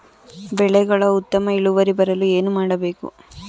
ಬೆಳೆಗಳ ಉತ್ತಮ ಇಳುವರಿ ಬರಲು ಏನು ಮಾಡಬೇಕು?